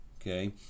okay